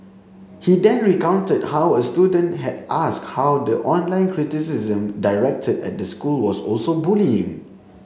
he then recounted how a student had asked how the online criticism directed at the school was also bullying